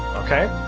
okay.